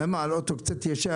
למה על אוטו קצת ישן,